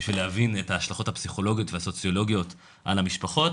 בשביל להבין את ההשלכות הפסיכולוגיות והסוציולוגיות על המשפחות,